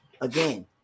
again